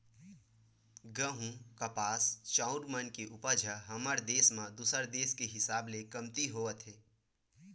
गहूँ, कपास, चाँउर मन के उपज ह हमर देस म दूसर देस के हिसाब ले कमती होवत हे